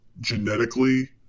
genetically